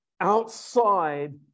outside